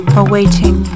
awaiting